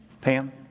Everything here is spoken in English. Pam